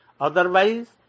Otherwise